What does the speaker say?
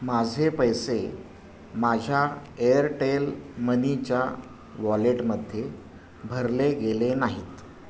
माझे पैसे माझ्या एअरटेल मनीच्या वॉलेटमध्ये भरले गेले नाहीत